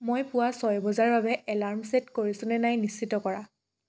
মই পুৱা ছয় বজাৰ বাবে এলাৰ্ম ছে'ট কৰিছোঁনে নাই নিশ্চিত কৰা